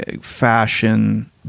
fashion